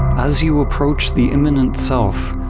as you approach the immanent self,